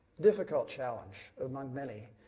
difficult challenge among many,